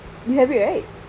you have it right